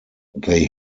they